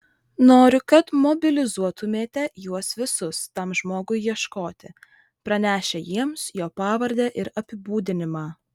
noriu kad mobilizuotumėte juos visus tam žmogui ieškoti pranešę jiems jo pavardę ir apibūdinimą